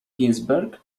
ginsberg